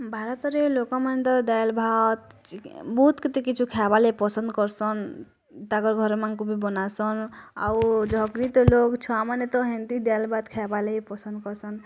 ଭାରତ ରେ ଲୋକ ମାନେ ଡାଲ୍ ଭାତ୍ ବହୁତ ତ କିଛି ଖାଇବା ଲାଗି ପସନ୍ଦ୍ କରିସନ୍ ତାଙ୍କର୍ ଘର ମାନକୁବି ବନାସନ୍ ଆଉ ଛୁଆମାନେ ତା ହେନତି ଡାଲ୍ ଭାତ୍ ଖାଇବାର୍ ଲାଗି ପସନ୍ଦ କରୁସନ୍